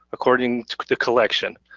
according to the collection.